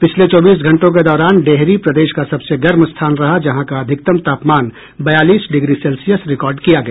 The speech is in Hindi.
पिछले चौबीस घंटों के दौरान डेहरी प्रदेश का सबसे गर्म स्थान रहा जहां का अधिकतम तापमान बयालीस डिग्री सेल्सियस रिकार्ड किया गया